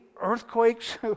earthquakes